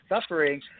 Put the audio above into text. suffering